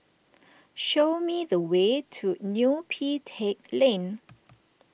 show me the way to Neo Pee Teck Lane